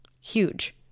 Huge